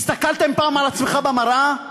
הסתכלת פעם על עצמך במראה?